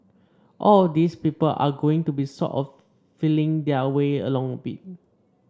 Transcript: all of these people are going to be sort of feeling their way along a bit